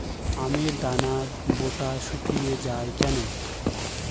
আমের দানার বোঁটা শুকিয়ে য়ায় কেন?